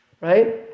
Right